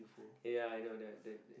ya I know that that